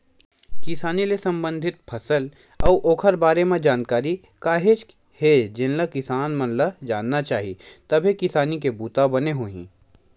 किसानी ले संबंधित फसल अउ ओखर बारे म जानकारी काहेच के हे जेनला किसान मन ल जानना चाही तभे किसानी के बूता बने होही